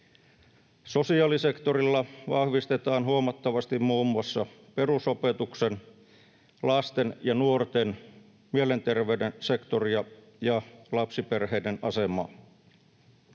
Sosiaalisektorilla vahvistetaan huomattavasti muun muassa perusopetuksen, lasten ja nuorten mielenterveyden sektoria ja lapsiperheiden asemaa.